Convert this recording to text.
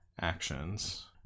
actions